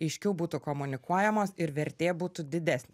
aiškiau būtų komunikuojamos ir vertė būtų didesnė